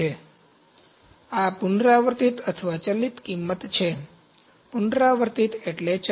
તેથી આ પુનરાવર્તિત અથવા ચલિત કિમત છે પુનરાવર્તિત એટલે ચલ